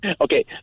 Okay